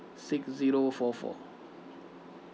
six zero four four